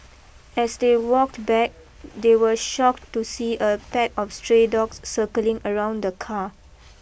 as they walked back they were shocked to see a pack of stray dogs circling around the car